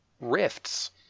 rifts